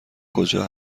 کجا